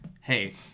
hey